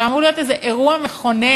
שאמור להיות איזה אירוע מכונן?